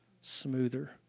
smoother